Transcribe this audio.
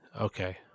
Okay